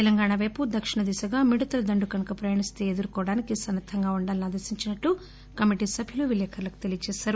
తెలంగాణ పైపు దక్షిణ దిశగా మిడతల దండు కనుక ప్రయాణిస్తే ఎదుర్కోడానికి సన్నద్దంగా ఉండాలని ఆదేశించినట్లు కమిటీ సభ్యులు విలేఖరులకు తెలియచేశారు